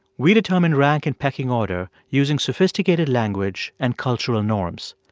we determine rank and pecking order using sophisticated language and cultural norms.